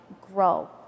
grow